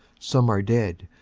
some are dead.